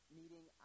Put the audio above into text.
meeting